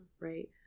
right